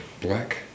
black